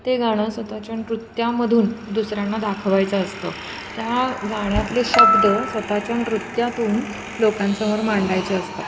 ते गाणं स्वतःच्या नृत्यामधून दुसऱ्यांना दाखवायचं असतं त्या गाण्यातले शब्द स्वतःच्या नृत्यातून लोकांसमोर मांडायचे असतात